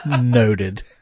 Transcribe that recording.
Noted